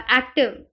active